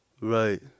right